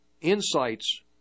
insights